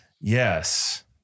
Yes